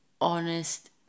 honest